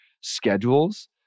schedules